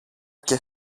και